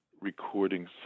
recording